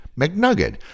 McNugget